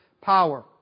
power